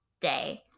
day